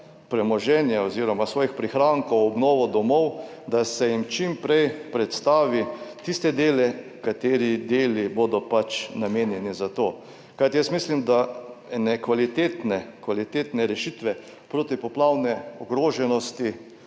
premoženja oziroma svojih prihrankov v obnovo domov, da se jim čim prej predstavi tiste dele, ki bodo namenjeni za to. Kajti jaz mislim, da ene kvalitetne rešitve protipoplavne ogroženosti